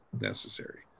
necessary